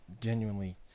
genuinely